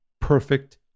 perfect